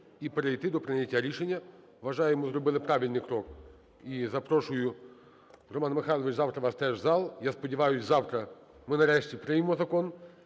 і перейти до прийняття рішення. Вважаю, ми зробили правильний крок. І запрошую, Роман Михайлович, завтра вас теж в зал. Я сподіваюсь, завтра ми нарешті приймемо закон,